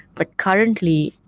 but currently,